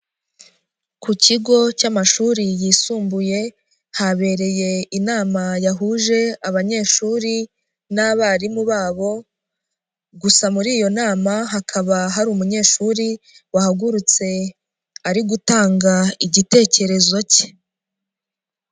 Ku kigo cy'amashuri yisumbuye habereye inama yahuje abanyeshuri n'abarimu babo, gusa muri iyo nama hakaba hari umunyeshuri wahagurutse ari gutanga igitekerezo cye.